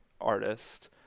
artist